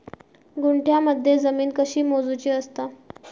गुंठयामध्ये जमीन कशी मोजूची असता?